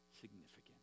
significant